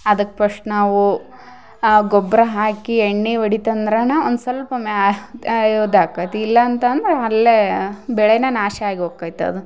ಅದಕ್ಕ ಪಸ್ಟ್ ನಾವು ಗೊಬ್ಬರ ಹಾಕಿ ಎಣ್ಣೆ ಹೊಡಿತಂದ್ರನ ಒಂದು ಸಲ್ಪ ಇಲ್ಲಂತಂದರ ಅಲ್ಲೇ ಬೆಳೇನ ನಾಶ ಆಗಿ ಹೋಕ್ಕೈತಿ ಅದು